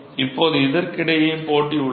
இப்போது இதற்கு இடையே போட்டி உள்ளது